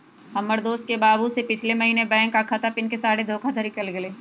हमर दोस के बाबू से पिछले महीने बैंक खता आऽ पिन के सहारे धोखाधड़ी कएल गेल